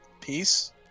peace